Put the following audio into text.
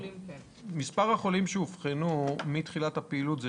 מספר החולים שאובחנו מתחילת הפעילות זה